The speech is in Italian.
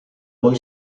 boy